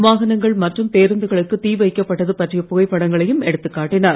வாகனங்கள் மற்றும் பேருந்துகளுக்கு தி வைக்கப்பட்டது பற்றிய புகைப்படங்களையும் எடுத்துக் காட்டிஞர்